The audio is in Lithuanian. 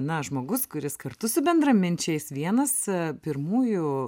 na žmogus kuris kartu su bendraminčiais vienas pirmųjų